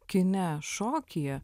kine šokyje